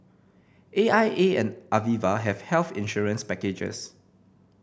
A I A and Aviva have health insurance packages